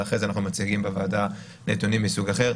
ואחרי זה אנחנו מציגים בוועדה נתונים מסוג אחר,